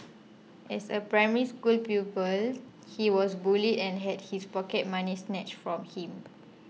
as a Primary School pupil he was bullied and had his pocket money snatched from him